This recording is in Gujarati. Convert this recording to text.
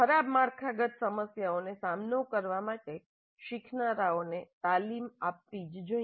ખરાબ માળખાગત સમસ્યાઓનો સામનો કરવા માટે શીખનારાઓને તાલીમ આપવી જ જોઇએ